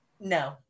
No